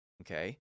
Okay